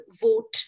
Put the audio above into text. vote